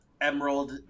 Emerald